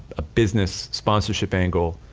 a business sponsorship angle,